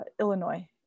illinois